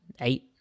eight